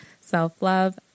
self-love